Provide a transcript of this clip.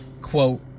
quote